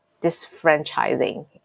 disfranchising